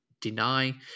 deny